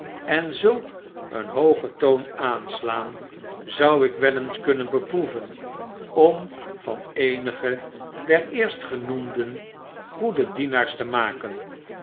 en zulk een hoogen toon aanslaan zou ik wel eens kunnen beproeven om van eenige der eerstgenoemden goede dienaars te maken